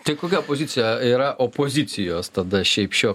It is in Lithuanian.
tai kokia pozicija yra opozicijos tada šiaip šiuo